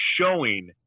showing